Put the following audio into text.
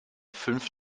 fünf